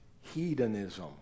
hedonism